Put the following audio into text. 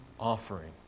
Offering